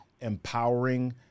empowering